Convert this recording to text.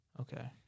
Okay